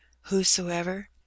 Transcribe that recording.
whosoever